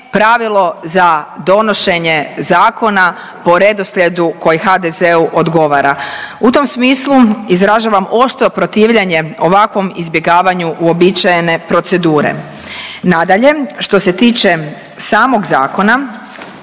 pravilo za donošenje zakona po redoslijedu koji HDZ-u odgovara. U tom smislu izražavam oštro protivljenje ovakvom izbjegavanju uobičajene procedure. Nadalje što se tiče samog zakona